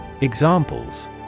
Examples